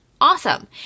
awesome